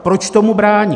Proč tomu bránit?